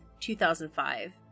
2005